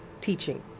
teaching